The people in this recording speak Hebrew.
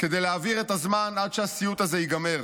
כדי להעביר את הזמן עד שהסיוט הזה ייגמר.